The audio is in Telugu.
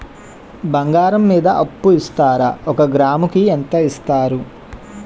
బంగారం మీద అప్పు ఇస్తారా? ఒక గ్రాము కి ఎంత ఇస్తారు?